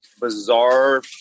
bizarre